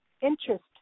interest